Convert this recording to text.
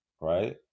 right